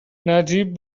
نجیب